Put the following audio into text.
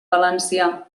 valencià